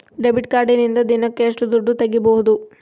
Debit ಕಾರ್ಡಿನಿಂದ ದಿನಕ್ಕ ಎಷ್ಟು ದುಡ್ಡು ತಗಿಬಹುದು?